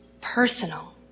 personal